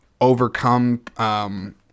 overcome